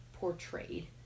portrayed